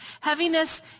Heaviness